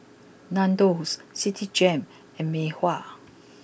Nandos Citigem and Mei Hua